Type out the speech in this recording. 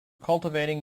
cultivating